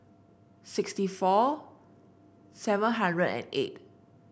sixty four seven hundred and eight